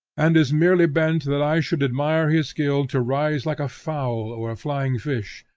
and is merely bent that i should admire his skill to rise like a fowl or a flying fish,